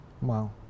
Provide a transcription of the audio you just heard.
Wow